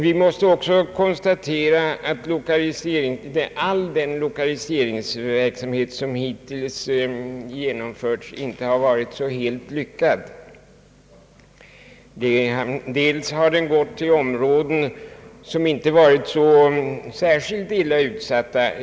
Vi måste också konstatera att inte all den lokaliseringsverksamhet som hittills genomförts har varit så helt lyckad. Den har ibland gått till områden som inte varit särskilt illa utsatta.